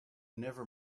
never